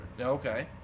Okay